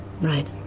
Right